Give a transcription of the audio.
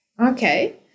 Okay